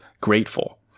grateful